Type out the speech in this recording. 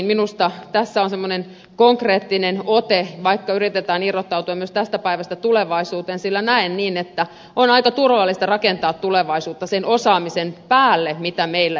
minusta tässä on semmoinen konkreettinen ote vaikka yritetään myös irrottautua tästä päivästä tulevaisuuteen sillä näen niin että on aika turvallista rakentaa tulevaisuutta sen osaamisen päälle mitä meillä jo on